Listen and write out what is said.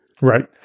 Right